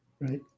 right